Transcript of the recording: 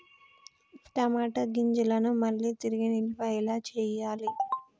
టమాట గింజలను మళ్ళీ తిరిగి నిల్వ ఎలా చేయాలి?